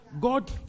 God